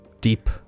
deep